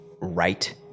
right